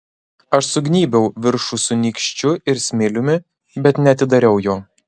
aš sugnybiau viršų su nykščiu ir smiliumi bet neatidariau jo